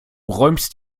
räumst